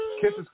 kisses